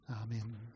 Amen